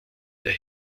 der